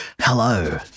Hello